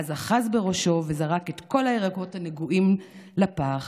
ואז אחז בראשו וזרק את כל הירקות הנגועים לפח.